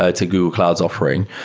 ah to google cloud's offering.